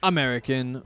American